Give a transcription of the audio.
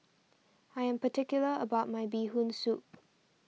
I am particular about my Bee Hoon Soup